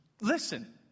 listen